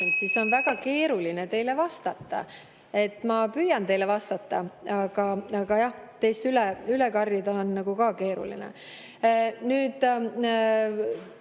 siis on väga keeruline teile vastata. Ma püüan teile vastata, aga teist üle karjuda on keeruline.